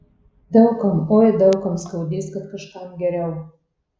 daug kam oi daug kam skaudės kad kažkam geriau